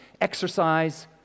exercise